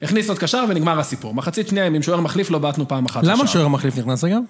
הכניסנו עוד קשר ונגמר הסיפור. מחצית שניה עם שוער מחליף לא בעטנו פעם אחת לשער. למה שוער מחליף נכנס רגע?